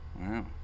Wow